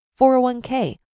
401k